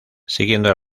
siguiendo